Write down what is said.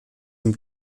dem